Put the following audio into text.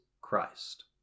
Christ